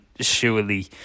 surely